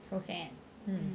so sad